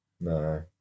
No